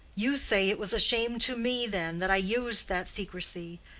you say it was a shame to me, then, that i used that secrecy,